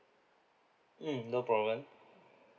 mm no problem